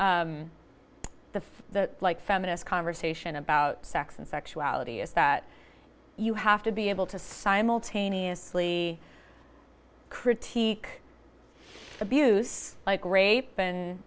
for the like feminist conversation about sex and sexuality is that you have to be able to simultaneously critique abuse like rape